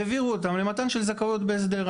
העבירו אותם למתן של זכאות בהסדר.